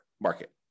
market